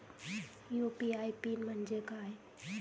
UPI PIN म्हणजे काय?